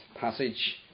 passage